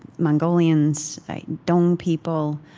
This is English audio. mongolians, dong people,